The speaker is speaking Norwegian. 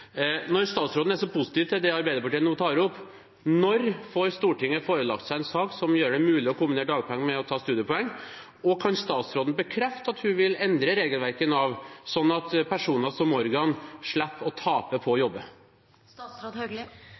når blir Stortinget forelagt en sak om å gjøre det mulig å kombinere dagpenger med å ta studiepoeng? Kan statsråden bekrefte at hun vil endre regelverket i Nav slik at personer som Morgan slipper å tape på